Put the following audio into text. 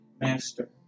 Master